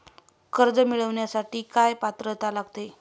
कर्ज मिळवण्यासाठी काय पात्रता लागेल?